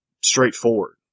straightforward